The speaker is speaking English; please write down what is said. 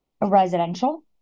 residential